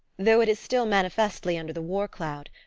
though it is still manifestly under the war-cloud,